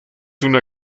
una